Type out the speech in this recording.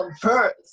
first